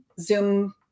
Zoom